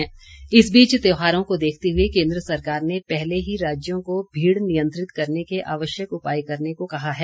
दिशा निर्देश इस बीच त्योहारों को देखते हुए केन्द्र सरकार ने पहले ही राज्यों को भीड़ नियंत्रित करने के आवश्यक उपाय करने को कहा है